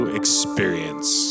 experience